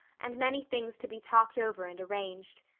and many things to be talked over and arranged.